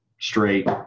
straight